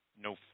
no